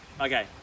okay